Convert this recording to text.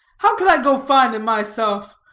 how can i go find em myself?